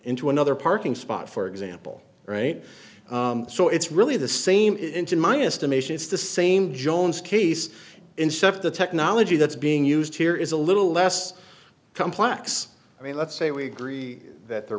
into another parking spot for example right so it's really the same engine my estimation is the same jones case in stuff the technology that's being used here is a little less complex i mean let's say we agree that there